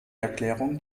erklärung